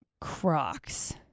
Crocs